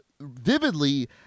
vividly